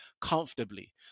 comfortably